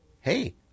Hey